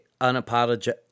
unapologetic